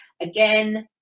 Again